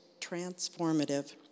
transformative